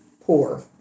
poor